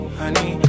honey